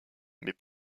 mais